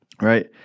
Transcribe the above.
Right